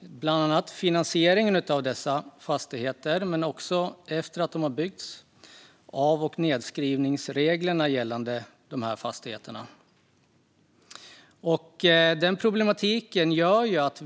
Det handlar bland annat om finansieringen av dessa fastigheter men också om av och nedskrivningsregler gällande dessa fastigheter efter att de har byggts.